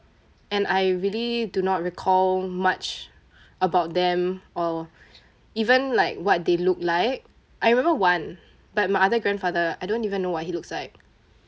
and I really do not recall much about them or even like what they look like I remember one but my other grandfather I don't even know what he looks like